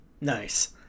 Nice